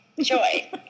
Joy